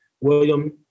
William